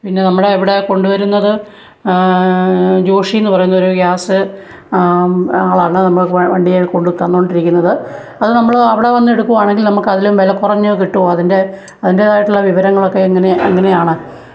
പിന്നെ നമ്മുടെ ഇവിടെ കൊണ്ടുവരുന്നത് ജോഷി എന്നു പറയുന്നൊരു ഗ്യാസ് ആളാണ് നമ്മള്ക്ക് വണ്ടിയിൽ കൊണ്ടു തന്നുകൊണ്ടിരിക്കുന്നത് അത് നമ്മള് അവിടെ വന്നെടുക്കുകയാണെങ്കിൽ നമുക്കതിലും വിലകുറഞ്ഞ് കിട്ടുമോ അതിൻ്റെ അതിൻ്റെതായിട്ടുള്ള വിവരണങ്ങളൊക്കെ എങ്ങനെ എങ്ങനെയാണ്